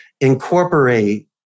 incorporate